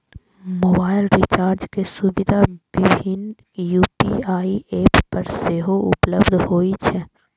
mobile recharge के सुविधा विभिन्न यू.पी.आई एप पर सेहो उपलब्ध होइ छै